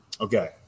Okay